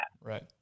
Right